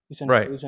Right